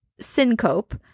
syncope